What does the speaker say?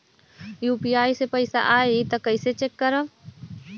UPI से पैसा आई त कइसे चेक करब?